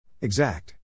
Exact